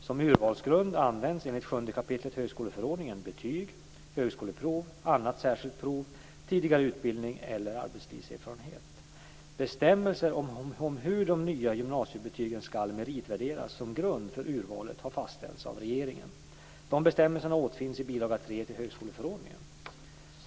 Som urvalsgrund används - enligt 7 kap. högskoleförordningen - betyg, högskoleprov, annat särskilt prov, tidigare utbildning eller arbetslivserfarenhet. Bestämmelser om hur de nya gymnasiebetygen ska meritvärderas som grund för urvalet har fastställts av regeringen. Dessa bestämmelser återfinns i bil. 3 till högskoleförordningen.